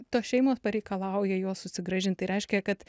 tos šeimos pareikalauja juos susigrąžint tai reiškia kad